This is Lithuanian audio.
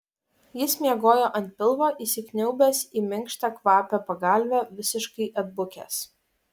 jis miegojo ant pilvo įsikniaubęs į minkštą kvapią pagalvę visiškai atbukęs